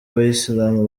abayisilamu